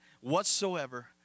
whatsoever